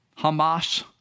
Hamas